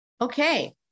okay